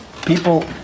People